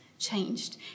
changed